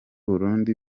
burundi